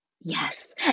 Yes